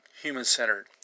human-centered